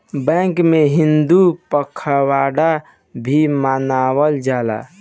bank में हिंदी पखवाड़ा भी मनावल जाला